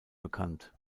bekannt